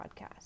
Podcast